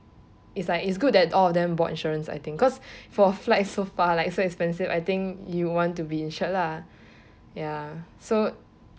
is like is good that all of them bought insurance I think because for flight so far like so expensive I think you want to be insured lah ya so